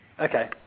Okay